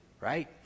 right